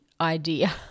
idea